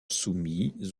soumis